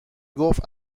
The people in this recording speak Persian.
گفت